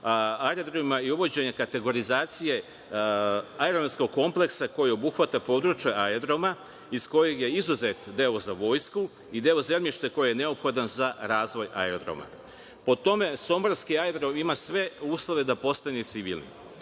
aerodromima i uvođenje kategorizacije aerodromskog kompleksa koji obuhvata područje aerodroma iz kojeg je izuzet deo za vojsku i deo zemljišta koji je neophodan za razvoj aerodroma. Po tome somborski aerodrom ima sve uslove da postane civilni.